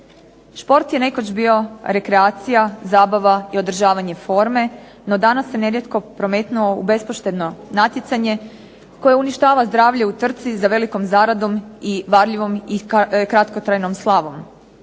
Šport je nekoć bio rekreacija, zabava i održavanje forme. No, danas se nerijetko prometnuo u bespošteno natjecanje koje uništava zdravlje u trci za velikom zaradom i varljivom i kratkotrajnom slavom,